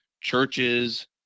churches